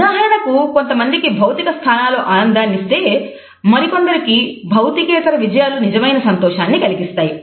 ఉదాహరణకు కొంత మందికి భౌతిక స్థానాలు ఆనందాన్ని ఇస్తే మరికొంతమందికి భౌతికేతర విజయాలు నిజమైన సంతోషాన్ని కలిగిస్తాయి